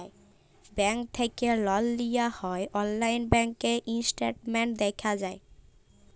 bank থ্যাকে লল লিয়া হ্যয় অললাইল ব্যাংক ইসট্যাটমেল্ট দ্যাখা যায়